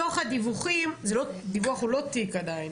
דיווח הוא לא תיק עדיין.